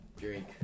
drink